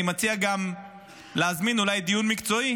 אני מציע גם להזמין אולי דיון מקצועי